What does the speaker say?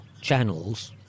channels